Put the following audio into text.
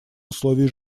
условий